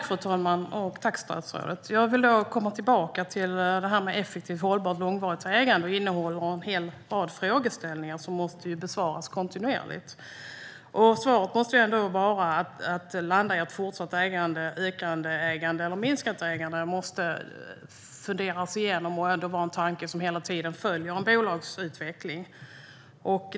Fru talman! Tack, statsrådet! Jag vill komma tillbaka till det här med ett effektivt, hållbart och långvarigt ägande. Det innebär att det finns en rad frågeställningar som måste besvaras kontinuerligt. När det gäller ökat eller minskat ägande måste man fundera igenom det och hela tiden följa bolagets utveckling.